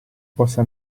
possa